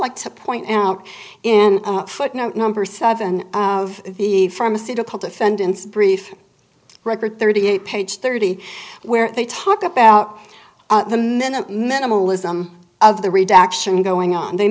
like to point out in footnote number seven of the pharmaceutical defendants brief record thirty eight page thirty where they talk about the minute minimalism of the redaction going on they